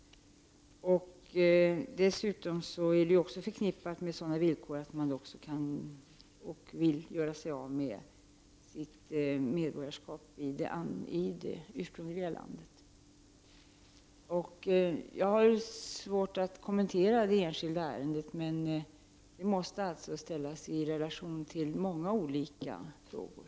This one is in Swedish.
Dessutom är medborgarskap förknippat med sådana villkor som att man kan och vill göra sig av med medborgarskap i det ursprungliga landet. Det är svårt för mig att kommentera detta enskilda ärende, men det måste ställas i relation till många olika frågor.